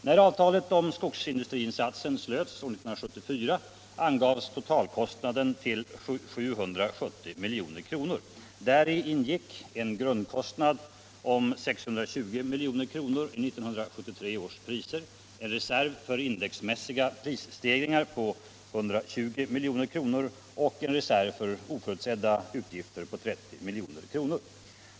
När avtalet om skogsindustriinsatsen slöts år 1974 angavs totalkostnaden till 770 milj.kr. Däri ingick en grundkostnad om 620 milj.kr. i 1973 års priser, en reserv för indexmässiga prisstegringar på 120 milj.kr. och en reserv för oförutsedda utgifter på 30 milj.kr.